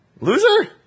loser